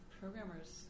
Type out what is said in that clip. programmers